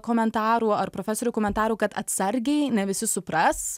komentarų ar profesorių komentarų kad atsargiai ne visi supras